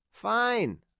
Fine